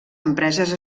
empreses